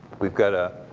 we've got a,